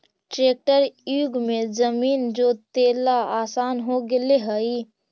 tractor युग में जमीन जोतेला आसान हो गेले हइ